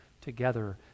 together